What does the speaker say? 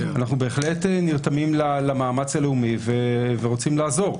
אנחנו בהחלט נרתמים למאמץ הלאומי ורוצים לעזור.